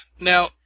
Now